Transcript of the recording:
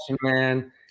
man